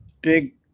big